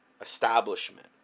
establishment